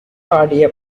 பாடிய